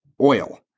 oil